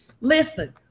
Listen